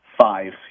five